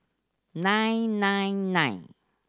nine nine nine